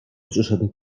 przyszedł